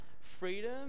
freedom